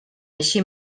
així